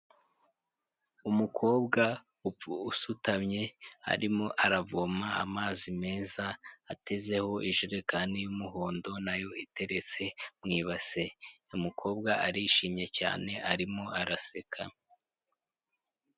Umukobwa usutamye arimo aravoma amazi meza atezeho ijerekani y'umuhondo, nayo iteretse mu ibase umukobwa arishimye cyane arimo araseka.